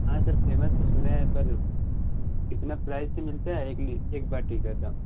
हाँ sir famous तो सुने हैं पर कितना प्राइस के मिलता है एक लि एक बाटी का दाम